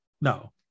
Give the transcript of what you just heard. No